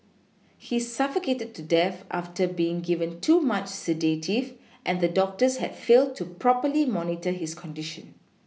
he suffocated to death after being given too much sedative and the doctors had failed to properly monitor his condition